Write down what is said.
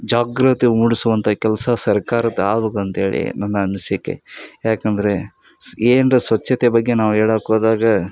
ಜಾಗೃತಿ ಮೂಡಿಸುವಂಥ ಕೆಲಸ ಸರ್ಕಾರದ್ದು ಆಬೇಕ್ ಅಂತೇಳಿ ನನ್ನ ಅನಿಸಿಕೆ ಏಕಂದ್ರೆ ಸ್ ಏನಾರಾ ಸ್ವಚ್ಛತೆ ಬಗ್ಗೆ ನಾವು ಹೇಳಕ್ ಹೋದಾಗ